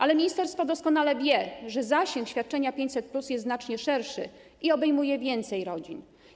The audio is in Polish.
Ale ministerstwo doskonale wie, że zasięg świadczenia 500+ jest znacznie szerszy i obejmuje więcej rodzin.